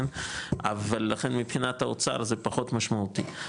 לרן מבחינת האוצר זה פחות משמעותי,